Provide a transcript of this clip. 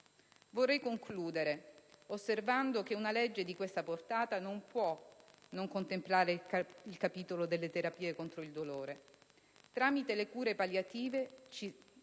Vorrei concludere osservando che una legge di questa portata non può non contemplare il capitolo delle terapie contro il dolore. Tramite le cure palliative, ci